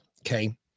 okay